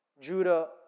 Judah